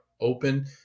open